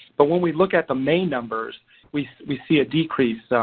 but when we look at the may numbers we we see a decrease. so